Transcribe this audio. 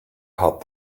hot